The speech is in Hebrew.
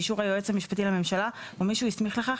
באישור היועץ המשפטי לממשלה או מי שהוא הסמיך לכך,